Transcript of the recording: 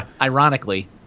Ironically